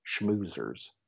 schmoozers